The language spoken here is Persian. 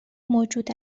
موجود